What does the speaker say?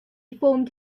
formed